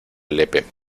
lepe